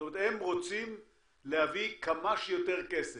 זאת אומרת הם רוצים להביא כמה שיותר כסף,